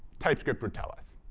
typescript would tell us.